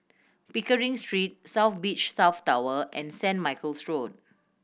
Pickering Street South Beach South Tower and Saint Michael's Road